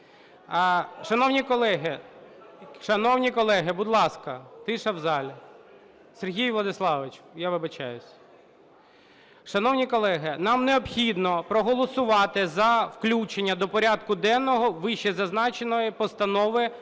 Шановні колеги, нам необхідно проголосувати за включення до порядку денного вищезазначеної постанови